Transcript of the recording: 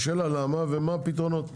השאלה היא למה, ומה הפתרונות.